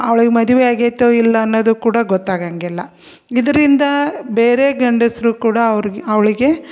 ಅವ್ಳಿಗೆ ಮದುವೆಯಾಗೈತೋ ಇಲ್ಲ ಅನ್ನೋದು ಕೂಡ ಗೊತ್ತಾಗಂಗಿಲ್ಲ ಇದರಿಂದ ಬೇರೆ ಗಂಡಸರು ಕೂಡ ಅವ್ರ್ಗೆ ಅವಳಿಗೆ